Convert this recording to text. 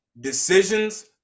Decisions